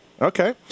Okay